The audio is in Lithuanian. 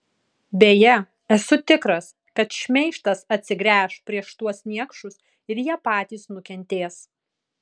beje esu tikras kad šmeižtas atsigręš prieš tuos niekšus ir jie patys nukentės